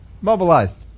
mobilized